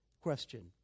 question